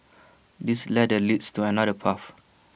this ladder leads to another path